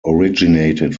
originated